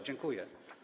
Dziękuję.